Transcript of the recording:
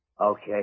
Okay